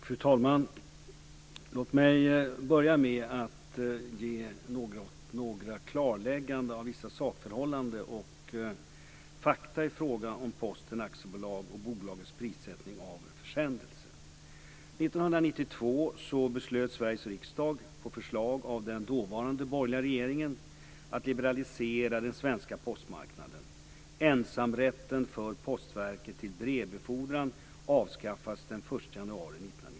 Fru talman! Låt mig börja med att ge några klarlägganden av vissa sakförhållanden och fakta i fråga om Posten AB och bolagets prissättning av försändelser.